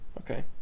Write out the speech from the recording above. okay